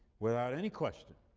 without any question,